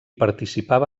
participava